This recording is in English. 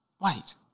wait